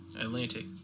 Atlantic